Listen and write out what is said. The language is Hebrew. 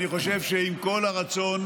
אני חושב שעם כל הרצון